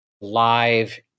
live